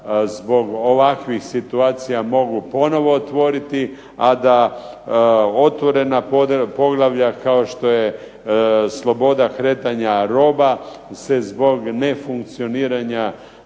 zbog ovakvih situacija mogu ponovno otvoriti, a da otvorena poglavlja kao što je sloboda kretanja roba, se zbog nefunkcioniranja